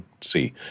see